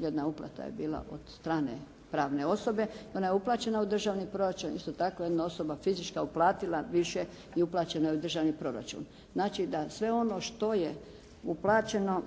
jedna uplata je bila od strane pravne osobe, ona je uplaćena u državni proračun. Isto tako jedna osoba fizička je uplatila više i uplaćeno je u državni proračun. Znači da sve ono što je uplaćeno,